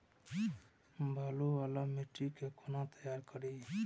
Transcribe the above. बालू वाला मिट्टी के कोना तैयार करी?